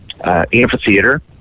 amphitheater